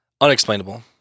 Unexplainable